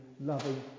loving